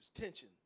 tension